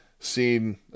Seen